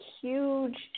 huge